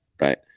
right